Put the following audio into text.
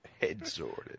head-sorted